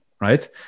right